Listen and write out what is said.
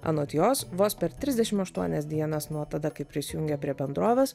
anot jos vos per trisdešim aštuonias dienas nuo tada kai prisijungė prie bendrovės